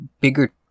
bigger